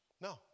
No